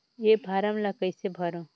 ये फारम ला कइसे भरो?